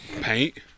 Paint